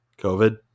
covid